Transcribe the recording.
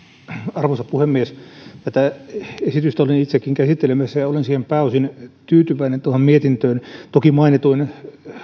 arvoisa puhemies tätä esitystä olin itsekin käsittelemässä ja olen pääosin tyytyväinen tuohon mietintöön toki mainituin